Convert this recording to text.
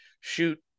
shoot